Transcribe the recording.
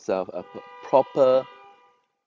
serve a proper